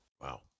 wow